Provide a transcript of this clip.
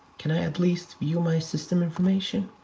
can i at least view my system information?